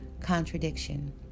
contradiction